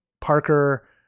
Parker